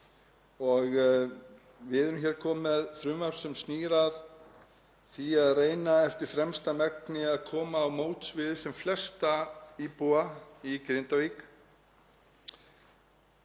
Við erum komin með frumvarp sem snýr að því að reyna eftir fremsta megni að koma til móts við sem flesta íbúa í Grindavík.